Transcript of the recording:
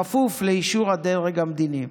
בכפוף לאישור הדרג המדיני.